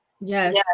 yes